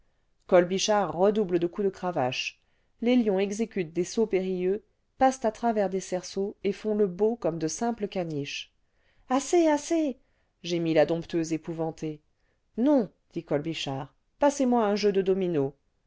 colbichard redouble cle coups de cravache les lions exécutent des sauts périlleux passent à travers des cerceaux et font le beau comme de simples caniches assez assez gémit la dompteuse épouvantée non dit colbichard passez-moi un jeu de dominos